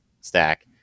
stack